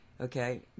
okay